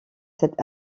cette